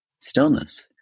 stillness